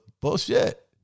bullshit